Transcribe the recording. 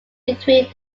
between